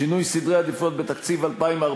שינוי סדרי עדיפויות בתקציב 2014,